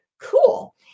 cool